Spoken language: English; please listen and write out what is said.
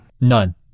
None